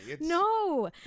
no